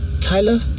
Tyler